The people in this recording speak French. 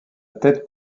tête